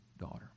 daughter